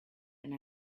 and